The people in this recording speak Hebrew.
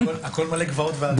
הכול מלא גבעות והרים.